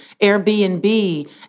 Airbnb